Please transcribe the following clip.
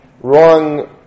wrong